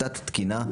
תת תקינה,